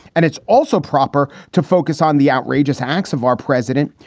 and it's also proper to focus on the outrageous acts of our president,